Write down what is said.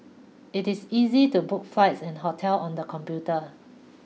it is easy to book flights and hotel on the computer